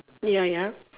ya ya